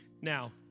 Now